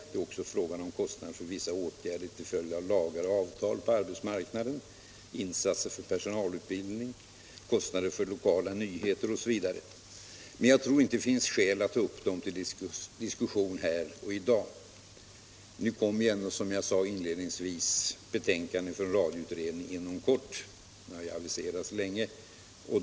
Det är också fråga om kostnader för vissa åtgärder till följd av lagar och avtal på arbetsmarknaden, insatser för personalutbildning, kostnader för lokala nyheter osv. Men jag tror inte det finns skäl att ta upp dem till diskussion här och i dag. Som jag sade inledningsvis, kommer ju ändå inom kort det betänkande från radioutredningen som aviserats länge.